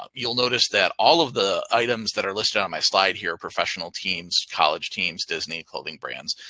um you'll notice that all of the items that are listed on my slide here professional teams, college teams, disney, clothing brands,